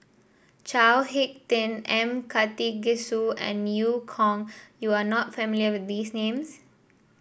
Chao HicK Tin M Karthigesu and Eu Kong you are not familiar with these names